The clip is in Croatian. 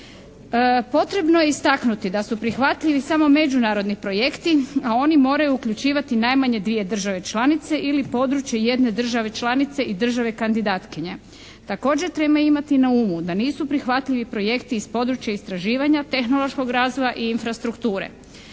Potrebno je istaknuti da su prihvatljivi samo međunarodni projekti, a oni moraju uključivati najmanje dvije države članice ili područje jedne države članice i članice države kandidatkinje. Također treba imati na umu da nisu prihvatljivi projekti iz područja istraživanja, tehnološkog razvoja i infrastrukture.